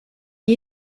qui